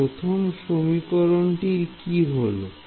তাহলে প্রথম সমীকরণটির কি হলো